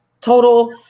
total